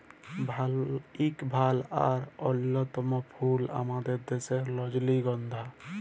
ইক ভাল আর অল্যতম ফুল আমাদের দ্যাশের রজলিগল্ধা